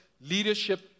leadership